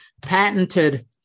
patented